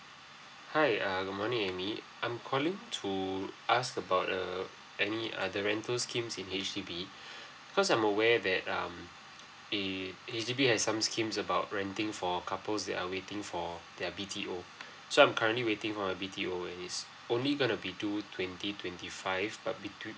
hi err good morning amy I'm calling to ask about err any other rental schemes in H_D_B because I'm aware that um the H_D_B has some schemes about renting for couples that are waiting for their B_T_O so I'm currently waiting for my B_T_O and is only gonna be due in twenty twenty five but between